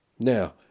Now